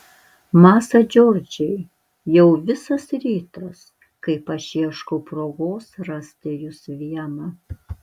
masa džordžai jau visas rytas kaip aš ieškau progos rasti jus vieną